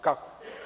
Kako?